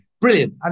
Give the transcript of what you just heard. Brilliant